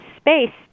space